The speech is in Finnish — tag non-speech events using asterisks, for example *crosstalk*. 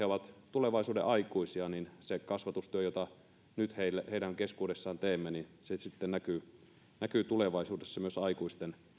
*unintelligible* ovat tulevaisuuden aikuisia joten se kasvatustyö jota nyt heidän keskuudessaan teemme sitten näkyy näkyy tulevaisuudessa myös aikuisten